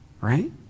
Right